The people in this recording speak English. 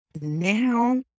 now